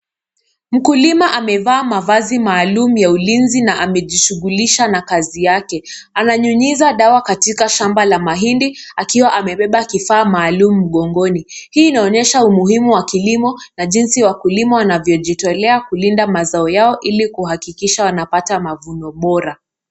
Mkulima amevaa mavazi maalum ya ulinzi na amejishughulisha na kazi yake. Ananyunyiza dawa katika shamba la mahindi akiwa amebeba kifaa maalum mgongoni. Hii inaonyesha umuhimu wa kilimo na jinsi wakulima wanavyojitolea kulinda mazao yao ili kuhakikisha wanapata mavuno bora.